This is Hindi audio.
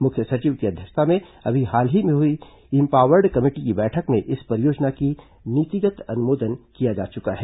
मुख्य सविच की अध्यक्षता में अभी हाल ही में हुई इम्पावर्ड कमेटी की बैठक में इस परियोजना का नीतिगत अनुमोदन किया जा चुका है